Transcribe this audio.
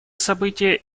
событие